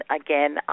again